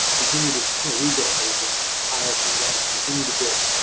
continue to you know rebuild, they've been higher, came down, continue to build.